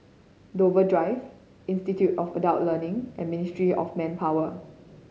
Dover Drive Institute of Adult Learning and Ministry of Manpower